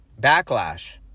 Backlash